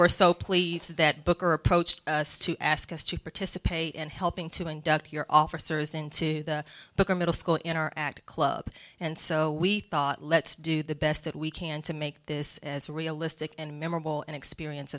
were so pleased that booker approached us to ask us to participate in helping to induct your officers into the bunker middle school in our act club and so we thought let's do the best that we can to make this as realistic and memorable an experience